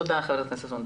תודה, חברת הכנסת סונדוס.